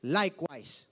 likewise